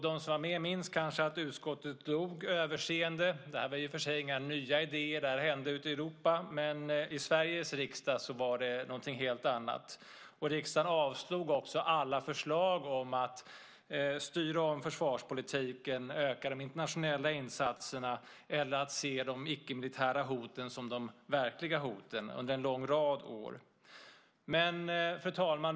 De som var med då minns kanske att utskottet log överseende. Det var i och för sig inga nya idéer. Det hände i Europa, men i Sveriges riksdag var det något helt annat, och riksdagen avslog också alla förslag om att styra om försvarspolitiken, öka de internationella insatserna och att se de icke-militära hoten som de verkliga hoten under en lång rad år. Fru talman!